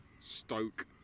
Stoke